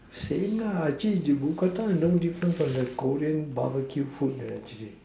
same lah actually you mookata is no different from the Korean barbecue food leh actually